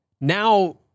now